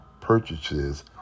purchases